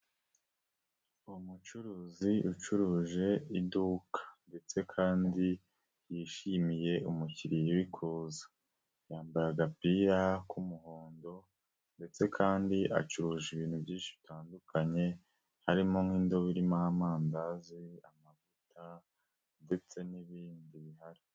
Umucuruzi ucuruje iduka ndetse kandi yishimiye umukiriya uri kuza, yambaye agapira k'umuhondo ndetse kandi acuruje ibintu byinshi bitandukanye harimo nk'indobo irimo amandazi, amavuta ndetse n'ibindi bihari.